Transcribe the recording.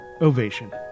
ovation